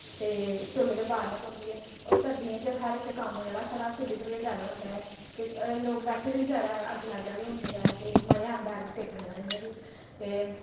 ते चु'ल्ल ते बालने पौंदी ऐ होर सर्दियें च हर इक कम्म जेह्ड़ा साढ़ा चु'ल्ली पर गै जैदा होंदा ऐ ते लोग बैठे दे बी जैदा अग्गी लाग्गै गै होंदे ऐ ते मजा औंदा ऐ अग्ग सेकने दा इ'यां बी ते